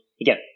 again